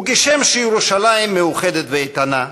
וכשם שירושלים מאוחדת ואיתנה,